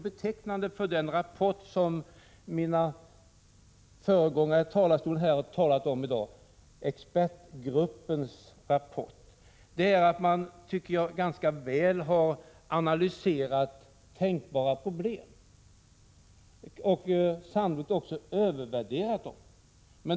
Betecknande för den rapport som tidigare talare här kommenterat, expertgruppens rapport, är att man ganska väl har analyserat tänkbara problem och sannolikt också överdrivit dem.